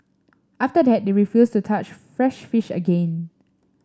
after that they refused to touch fresh fish again